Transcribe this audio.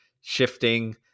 shifting